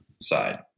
side